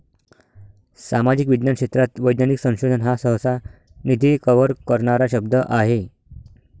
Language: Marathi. सामाजिक विज्ञान क्षेत्रात वैज्ञानिक संशोधन हा सहसा, निधी कव्हर करणारा शब्द आहे